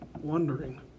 wondering